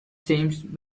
seemed